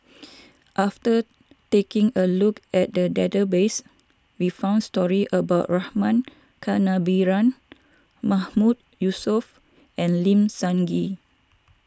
after taking a look at the database we found stories about Rama Kannabiran Mahmood Yusof and Lim Sun Gee